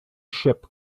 ship